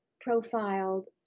profiled